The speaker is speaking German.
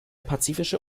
pazifische